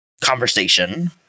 conversation